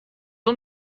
اون